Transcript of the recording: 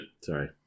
Sorry